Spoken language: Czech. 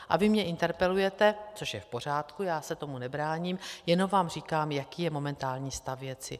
A vy mě interpelujete, což je v pořádku, já se tomu nebráním, jenom vám říkám, jaký je momentální stav věci.